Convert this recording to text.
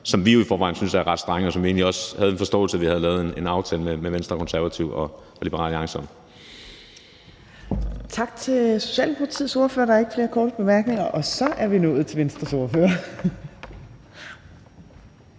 som vi jo i forvejen synes er ret strenge, og som vi egentlig også havde en forståelse af at vi havde lavet en aftale med Venstre, Konservative og Liberal Alliance om. Kl. 15:02 Tredje næstformand (Trine Torp): Tak til Socialdemokratiets ordfører. Der er ikke flere korte bemærkninger. Så er vi nået til Venstres ordfører.